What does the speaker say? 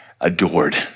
adored